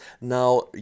Now